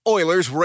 Oilers